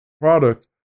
product